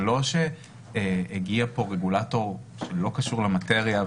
זה לא שהגיע לכאן רגולטור שלא קשור למטריה.